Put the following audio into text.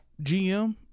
GM